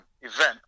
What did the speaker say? event